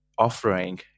offering